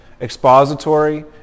Expository